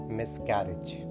miscarriage